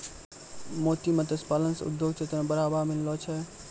मोती मत्स्य पालन से उद्योग क्षेत्र मे बढ़ावा मिललो छै